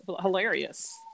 Hilarious